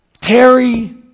Terry